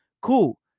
Cool